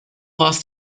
warst